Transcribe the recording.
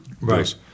Right